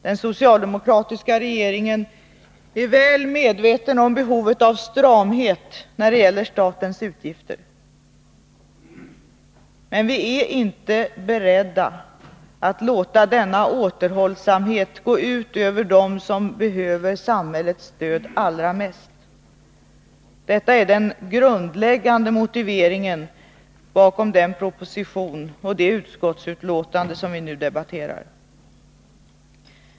Den socialdemokratiska regeringen är väl medveten om behovet av stramhet när det gäller statens utgifter. Men vi är inte beredda att låta denna återhållsamhet gå ut över dem som behöver samhällets stöd allra bäst. Detta är den grundläggande motiveringen bakom den proposition och det utskottsbetänkande som vi nu debatterar.